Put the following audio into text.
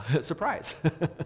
surprise